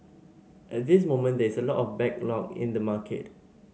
at this moment there is a lot of backlog in the market